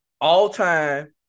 all-time